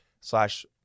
slash